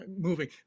moving